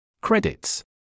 Credits